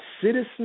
citizens